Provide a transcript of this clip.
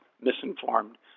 misinformed